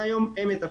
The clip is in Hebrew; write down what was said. מהיום הם יתפעלו'.